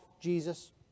Jesus